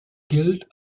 gilt